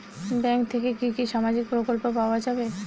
Bank থেকে কি কি সামাজিক প্রকল্প পাওয়া যাবে?